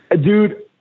Dude